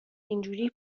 اینجوری